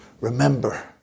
remember